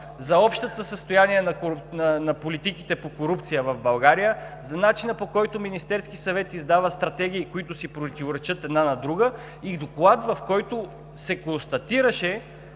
за общото състояние на политиките по корупция в България, за начина по който Министерският съвет издава стратегии, които си противоречат една на друга и доклад, в който се констатираше,